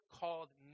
called